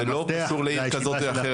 זה לא קשור לעיר כזאת או אחרת.